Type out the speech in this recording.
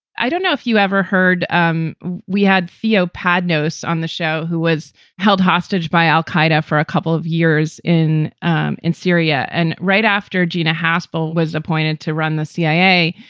i don't know if you ever heard. um we had theo padnos on the show who was held hostage by al-qaeda for a couple of years in um in syria and right after gina haspel was appointed to run the cia.